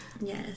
Yes